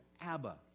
Abba